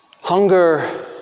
Hunger